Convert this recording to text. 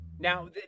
Now